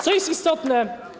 Co jest istotne.